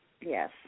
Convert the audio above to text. Yes